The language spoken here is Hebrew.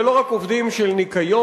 זה לא רק עובדים של ניקיון,